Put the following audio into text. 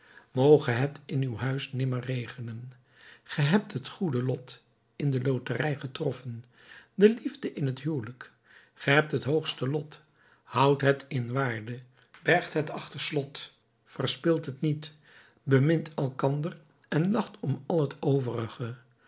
moge het in uw huis nimmer regenen ge hebt het goede lot in de loterij getroffen de liefde in het huwelijk ge hebt het hoogste lot houdt het in waarde bergt het achter slot verspilt het niet bemint elkander en lacht om al het overige